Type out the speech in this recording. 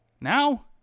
Now